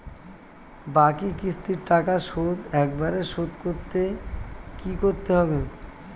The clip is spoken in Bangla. বাকি কিস্তির টাকা শোধ একবারে শোধ করতে কি করতে হবে?